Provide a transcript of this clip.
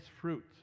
fruit